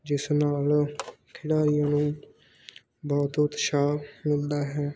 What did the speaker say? ਜਿਸ ਨਾਲ ਖਿਡਾਰੀਆਂ ਨੂੰ ਬਹੁਤ ਉਤਸ਼ਾਹ ਮਿਲਦਾ ਹੈ